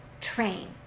train